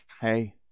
Hey